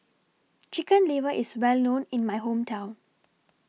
Chicken Liver IS Well known in My Hometown